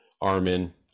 Armin